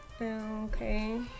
Okay